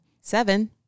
Seven